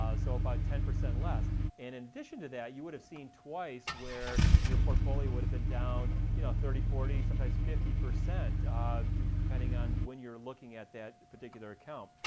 um so about ten percent less in addition to that, you would've seen twice where your portfolio would've been down you know thirty, forty, sometimes fifty percent um depending on when you're looking at that particular account.